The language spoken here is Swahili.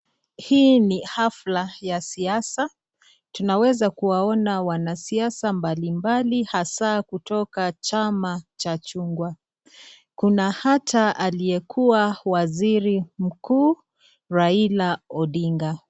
Hii ni hafla ya siasa tunaweza kuwaona wanasiasa mbalimbali hasaa kutoka chama cha chungwa. Kuna hata aliyekuwa waziri mkuu Raila Odinga.